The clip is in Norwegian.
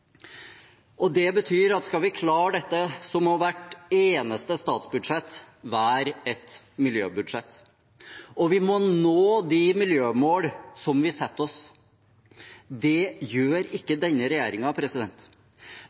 historie. Det betyr at skal vi klare dette, må hvert eneste statsbudsjett være et miljøbudsjett, og vi må nå de miljømålene vi setter oss. Det gjør ikke denne regjeringen.